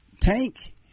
Tank